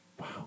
wow